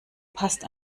passt